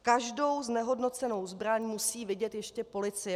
Každou znehodnocenou zbraň musí vidět ještě policie.